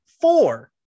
four